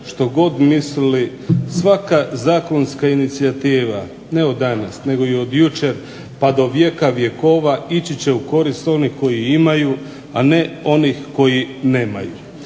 što god mislili svaka zakonska inicijativa ne od danas, nego od jučer pa do vijeka vjekova ići će u korist onih koji imaju, a ne onih koji nemaju.